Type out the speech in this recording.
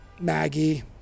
Maggie